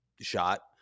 shot